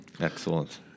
Excellent